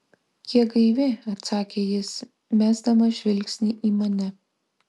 kiek gaivi atsakė jis mesdamas žvilgsnį į mane